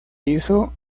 hizo